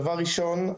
דבר ראשון,